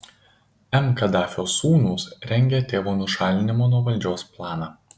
m kadafio sūnūs rengia tėvo nušalinimo nuo valdžios planą